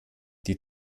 die